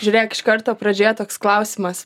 žiūrėk iš karto pradžioje toks klausimas